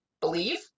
believe